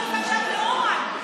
עכשיו לאומן.